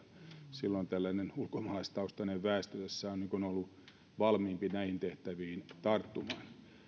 silloin ulkomaalaistaustainen väestö on ollut valmiimpi näihin tehtäviin tarttumaan